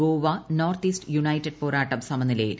Goa North East United പോരാട്ടം സമനിലയിൽ